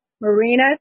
Marina